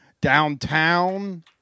downtown